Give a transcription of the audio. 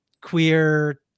queer